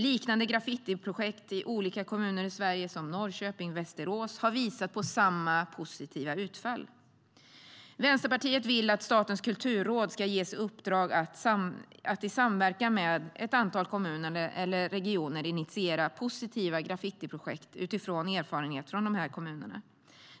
Liknande graffitiprojekt i olika kommuner i Sverige, som Norrköping och Västerås, har visat på samma positiva utfall. Vänsterpartiet vill att Statens kulturråd ska ges i uppdrag att i samverkan med ett antal kommuner eller regioner initiera positiva graffitiprojekt utifrån erfarenheterna från dessa kommuner.